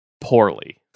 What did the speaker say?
poorly